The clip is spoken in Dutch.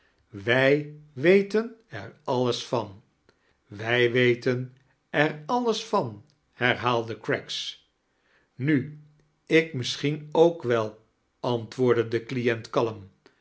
wij weten ex alles van wij weten etr altes van herhaalde craggs nu ik misschien ook wel antwoordde de client kalm